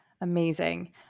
Amazing